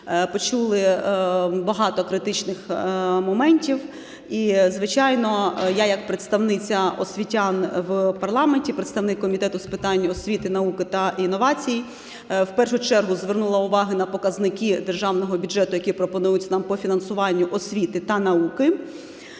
почули багато критичних моментів. І, звичайно, я як представниця освітян в парламенті, представник Комітету з питань освіти, науки та інновацій в першу чергу звернула увагу на показники Державного бюджету, які пропонують нам по фінансуванню освіти та науки.